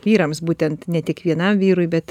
vyrams būtent ne tik vienam vyrui bet